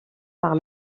par